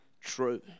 true